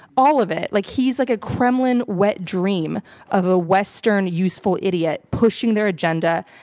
all of it. like, he's like a kremlin wet dream of a western useful idiot pushing their agenda.